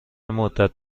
مدت